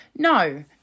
No